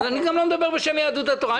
אני גם לא מדבר בשם יהדות התורה.